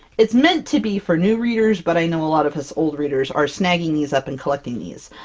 it's meant to be for new readers, but i know a lot of us old readers are snagging these up and collecting these.